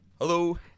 Hello